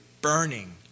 burning